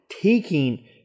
taking